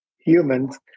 humans